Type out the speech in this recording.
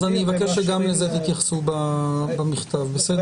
אז אני מבקש שגם לזה תתייחסו במכתב, בסדר?